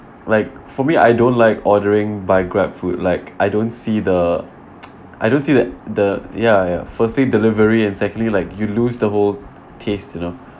like for me I don't like ordering by GrabFood like I don't see the I don't see the the ya ya firstly delivery and secondly like you lose the whole taste you know